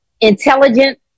intelligent